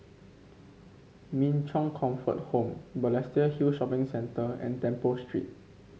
Min Chong Comfort Home Balestier Hill Shopping Centre and Temple Street